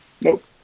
Nope